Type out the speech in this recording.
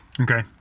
okay